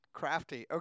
crafty